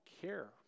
care